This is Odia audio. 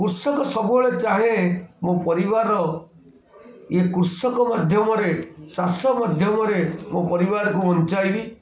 କୃଷକ ସବୁବେଳେ ଚାହେଁ ମୋ ପରିବାର ଇଏ କୃଷକ ମାଧ୍ୟମରେ ଚାଷ ମାଧ୍ୟମରେ ମୋ ପରିବାରକୁ ବଞ୍ଚାଇବି